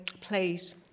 please